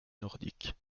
nordiques